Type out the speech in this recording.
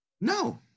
No